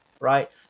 right